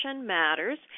Matters